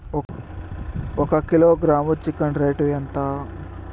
ఒక kilogram chicken rate ఎంత?